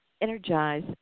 energize